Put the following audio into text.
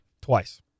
twice